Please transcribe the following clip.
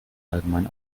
allgemein